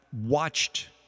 watched